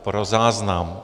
Pro záznam.